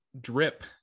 drip